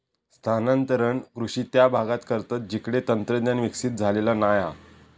स्थानांतरण कृषि त्या भागांत करतत जिकडे तंत्रज्ञान विकसित झालेला नाय हा